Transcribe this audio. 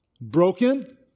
Broken